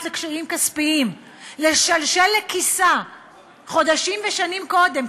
לקשיים כספיים לשלשל לכיסה חודשים ושנים קודם,